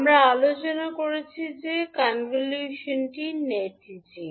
আমরা আলোচনা করেছি যে কনভলিউশন নোটিজিং